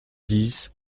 dix